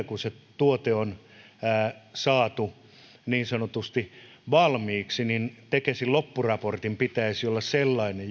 kun se tuote on tekes rahoituksen myötä saatu niin sanotusti valmiiksi tekesin loppuraportin pitäisi olla sellainen